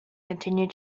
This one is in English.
continued